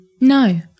No